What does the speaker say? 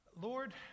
Lord